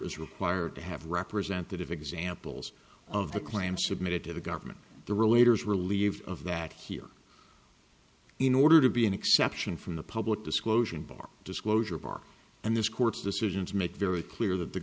is required to have representative examples of the claim submitted to the government the relator is relieved of that here in order to be an exception from the public disclosure bar disclosure bar and this court's decisions make very clear that the